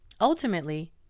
Ultimately